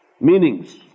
meanings